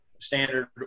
standard